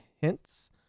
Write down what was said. hints